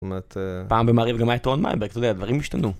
זאת אומרת, פעם במעריב גם היה את רון מייברג, אתה יודע, הדברים השתנו.